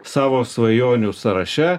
savo svajonių sąraše